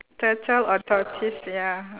turtle or tortoise ya